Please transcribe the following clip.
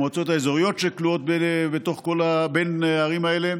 המועצות האזוריות שכלולות בין הערים האלה,